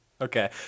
okay